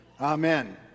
amen